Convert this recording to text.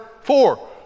four